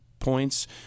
points